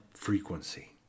frequency